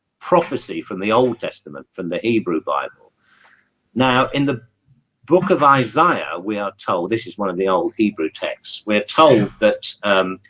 prophesy from the old testament from the hebrew bible now in the book of isaiah. we are told this is one of the old hebrew texts. we're told that